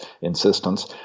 insistence